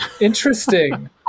Interesting